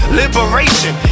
liberation